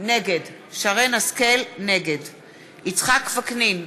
נגד יצחק וקנין,